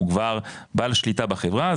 הוא כבר בעל שליטה בחברה,